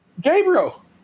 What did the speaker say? Gabriel